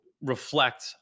reflect